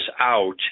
out